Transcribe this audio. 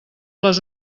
les